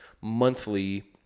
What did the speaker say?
monthly